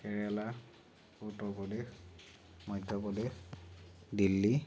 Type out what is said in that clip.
Kerala Uttar Pradesh Madhya Pradesh Delhi